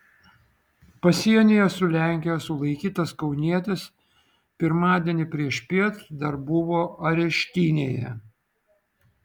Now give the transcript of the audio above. pasienyje su lenkija sulaikytas kaunietis pirmadienį priešpiet dar buvo areštinėje